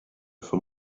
for